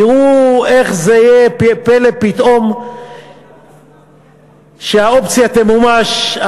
תראו איך יהיה פלא פתאום שהאופציה תמומש.